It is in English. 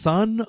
Son